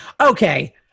Okay